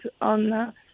on